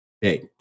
Hey